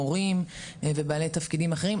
מורים ובעלי תפקידים אחרים.